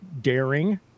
daring